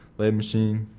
lathe machine,